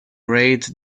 raid